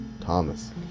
Thomas